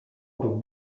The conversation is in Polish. był